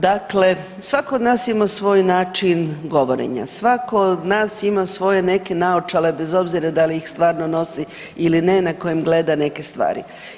Dakle, svako od nas ima svoj način govorenja, svako od nas ima svoje neke naočale bez obzira da li ih stvarno nosi ili na kojem gleda neke stvari.